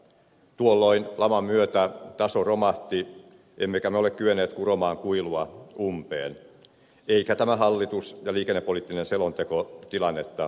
tuolloin laman myötä taso romahti emmekä me ole kyenneet kuromaan kuilua umpeen eikä tämä hallitus ja liikennepoliittinen selonteko tilannetta korjaa